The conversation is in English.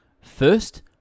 First